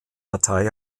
datei